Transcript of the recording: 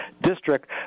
district